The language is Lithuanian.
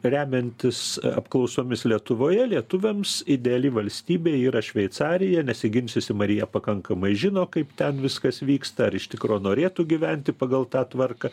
remiantis apklausomis lietuvoje lietuviams ideali valstybė yra šveicarija nesiginčysim ar jie pakankamai žino kaip ten viskas vyksta ar iš tikro norėtų gyventi pagal tą tvarką